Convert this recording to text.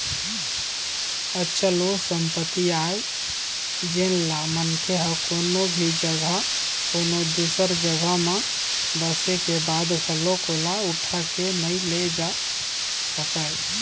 अचल ओ संपत्ति आय जेनला मनखे ह कोनो भी जघा कोनो दूसर जघा म बसे के बाद घलोक ओला उठा के नइ ले जा सकय